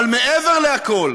אבל מעבר לכול,